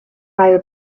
ail